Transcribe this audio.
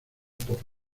por